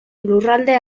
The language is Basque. lurralde